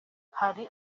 hari